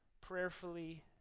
prayerfully